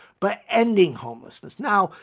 but ending homelessness. now,